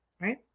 right